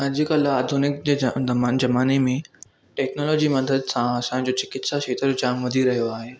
अॼुकल्ह आधुनिक जे ज़माने में टेक्नॉलोजी मदद सां असांजो चिकित्सा क्षेत्र जाम वधी रहियो आहे